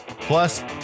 Plus